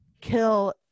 kill